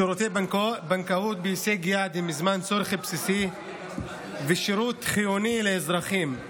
שירותי בנקאות בהישג יד הם מזמן צורך בסיסי ושירות חיוני לאזרחים,